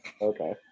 Okay